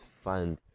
find